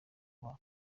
aba